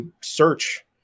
search